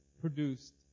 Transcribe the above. produced